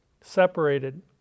separated